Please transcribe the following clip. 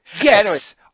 yes